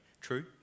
True